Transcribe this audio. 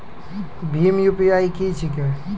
भीम UPI की छीके?